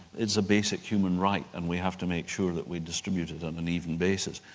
it's a basic human right and we have to make sure that we distribute it on an even basis,